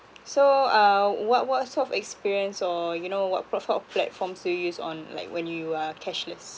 so uh what what sort of experience or you know what profile or platforms do you use on like when you are cashless